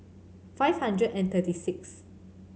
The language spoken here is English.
five hundred and thirty sixth